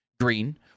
Green